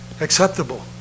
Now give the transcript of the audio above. acceptable